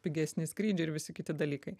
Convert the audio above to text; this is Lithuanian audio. pigesni skrydžiai ir visi kiti dalykai